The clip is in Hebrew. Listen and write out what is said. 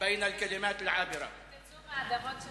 חבר הכנסת זאב, יש לך 20 דקות לדבר אחר כך.